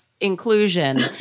inclusion